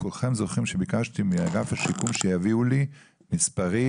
ביקשתי מאגף השיקום שיביאו לי מספרים: